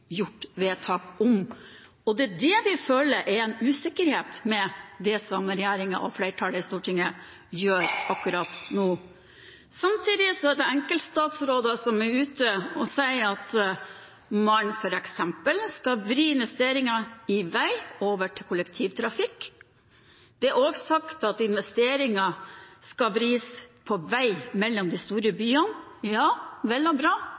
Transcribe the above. Det er det vi føler er en usikkerhet med det som regjeringen og flertallet i Stortinget gjør akkurat nå. Samtidig er det enkeltstatsråder som er ute og sier at man f.eks. skal vri investeringer i vei over til kollektivtrafikk. Det er også sagt at investeringer skal vris til vei mellom de store byene. Vel og bra,